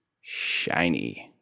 Shiny